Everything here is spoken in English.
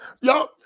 y'all